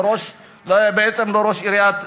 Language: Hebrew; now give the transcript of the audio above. ראש עיריית מעלות,